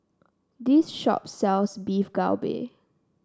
this shop sells Beef Galbi